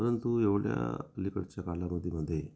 परंतु एवढ्या अलीकडच्या कालावधीमध्ये